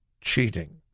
cheating